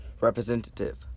representative